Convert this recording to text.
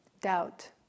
doubt